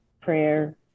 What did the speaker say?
prayer